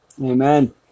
Amen